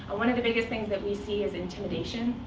one of the biggest things that we see is intimidation.